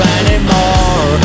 anymore